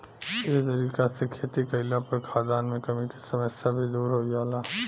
ए तरीका से खेती कईला पर खाद्यान मे कमी के समस्या भी दुर हो जाला